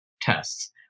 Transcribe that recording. tests